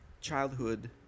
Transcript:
childhood